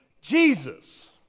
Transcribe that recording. Jesus